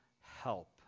help